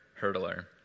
hurdler